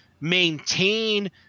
maintain